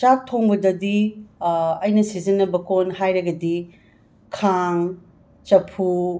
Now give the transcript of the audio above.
ꯆꯥꯛ ꯊꯣꯡꯕꯗꯗꯤ ꯑꯩꯅ ꯁꯤꯖꯤꯟꯅꯕ ꯀꯣꯟ ꯍꯥꯏꯔꯒꯗꯤ ꯈꯥꯡ ꯆꯐꯨ